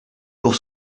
pour